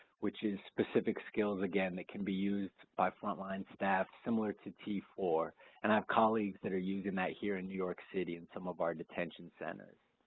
which is specific skills again that can be used by frontline staff similar to t four and i have colleagues that are using that here in new york city in some of our detention centers.